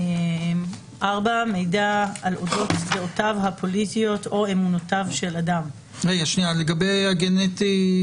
4. "מידע על אודות דעותיו הפוליטיות או אמונותיו של אדם." לגבי הגנטי.